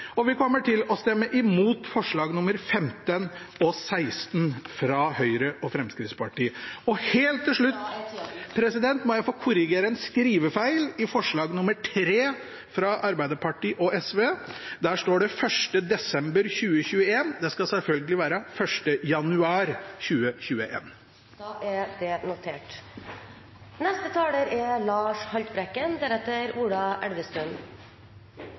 Vi kommer til å stemme imot forslagene nr. 15 og 16, fra Høyre og Fremskrittspartiet. Helt til slutt må jeg få korrigere en skrivefeil i forslag nr. 3, fra Arbeiderpartiet og SV. Der står det 1. desember 2021. Det skal selvfølgelig være 1. januar 2021. Da er det notert. Det er